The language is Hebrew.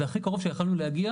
זה הכי קרוב שיכולנו להגיע,